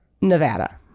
Nevada